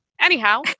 anyhow